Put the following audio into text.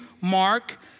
Mark